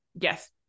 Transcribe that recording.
Yes